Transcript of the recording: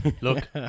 look